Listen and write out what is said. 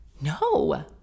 No